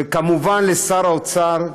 וכמובן לשר האוצר,